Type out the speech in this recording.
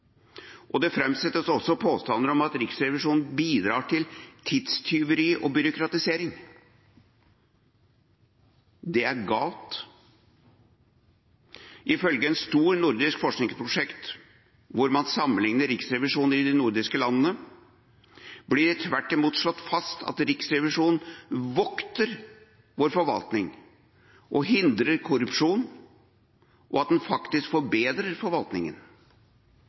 det. Det fremsettes også påstander om at Riksrevisjonen bidrar til tidstyveri og byråkratisering. Det er galt. Ifølge et stort nordisk forskningsprosjekt hvor man sammenligner riksrevisjoner i de nordiske landene, blir det tvert imot slått fast at Riksrevisjonen vokter vår forvaltning og hindrer korrupsjon, og at den faktisk forbedrer forvaltningen.